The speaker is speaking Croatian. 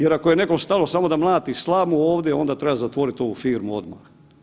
Jer ako je nekome stalo samo da mlati slamu ovdje onda treba zatvoriti ovu firmu odmah.